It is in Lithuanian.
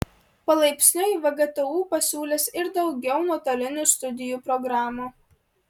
palaipsniui vgtu pasiūlys ir daugiau nuotolinių studijų programų